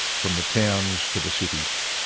from the towns to the cities.